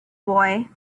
boy